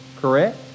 correct